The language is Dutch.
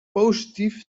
positief